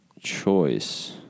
choice